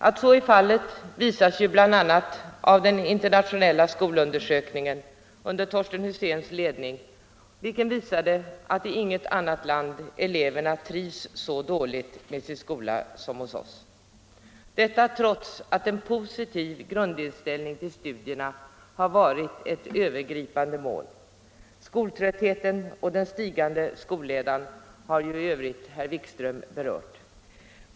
Att så är fallet framgår bl.a. av den internationella skolundersökningen under Torsten Huséns ledning vilken visade, att i inget annat land eleverna trivs så dåligt med sin skola som hos oss. Detta trots att en positiv grundinställning till studierna har varit ett övergripande mål. Skoltröttheten och den stigande skolledan har för övrigt herr Wikström berört.